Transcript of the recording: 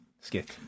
skit